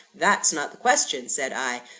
that's not the question said i.